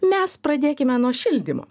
mes pradėkime nuo šildymo